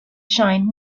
shine